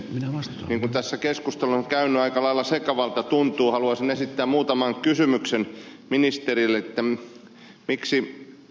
koska tässä keskustelu on käynyt aika lailla sekavana haluaisin esittää muutaman kysymyksen ministerille